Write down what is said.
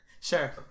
Sure